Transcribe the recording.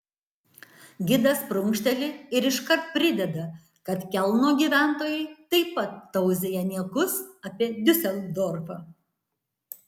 gidas prunkšteli ir iškart prideda kad kelno gyventojai taip pat tauzija niekus apie diuseldorfą